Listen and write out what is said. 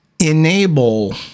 enable